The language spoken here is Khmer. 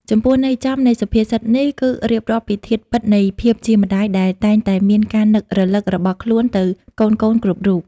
ចំពោះន័យចំនៃសុភាសិតនេះ គឺរៀបរាប់ពីធាតុពិតនៃភាពជាម្តាយដែលតែងតែមានការនឹករលឹករបស់ខ្លួនទៅកូនៗគ្រប់រូប។